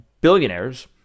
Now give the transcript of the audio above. billionaires